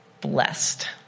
blessed